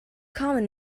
common